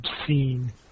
obscene